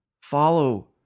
follow